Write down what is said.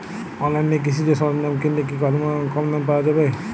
অনলাইনে কৃষিজ সরজ্ঞাম কিনলে কি কমদামে পাওয়া যাবে?